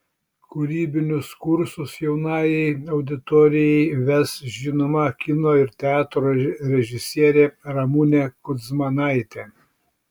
kūrybinius kursus jaunajai auditorijai ves žinoma kino ir teatro režisierė ramunė kudzmanaitė